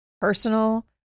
Personal